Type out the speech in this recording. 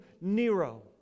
Nero